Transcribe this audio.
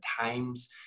times